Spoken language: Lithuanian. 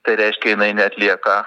tai reiškia jinai neatlieka